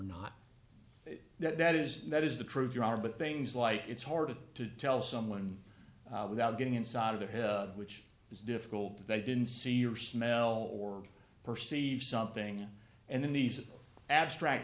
not that that is that is the truth there are but things like it's hard to tell someone without getting inside of the head which is difficult if they didn't see or smell or perceive something and then these abstract